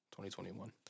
2021